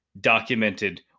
documented